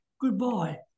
goodbye